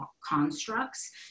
constructs